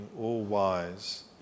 all-wise